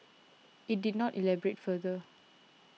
it did not elaborate further